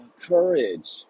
Courage